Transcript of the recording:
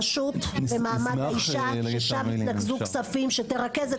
רשות במעמד האישה ששם התנקזו הכספים שתרכז את כל ה-